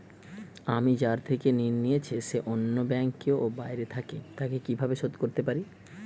আমি যার থেকে ঋণ নিয়েছে সে অন্য ব্যাংকে ও বাইরে থাকে, তাকে কীভাবে শোধ করতে পারি?